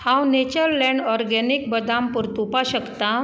हांव nature land organics बदाम परतुवपाक शकता